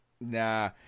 nah